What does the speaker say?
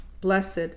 blessed